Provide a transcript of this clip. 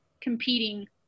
competing